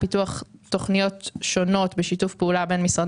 פיתוח תוכניות שונות בשיתוף פעולה בין משרדי